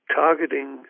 targeting